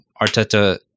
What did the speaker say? Arteta –